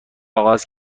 آغاز